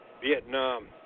Vietnam